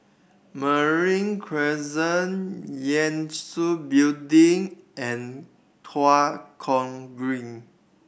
Marine Crescent Yangtze Building and Tua Kong Green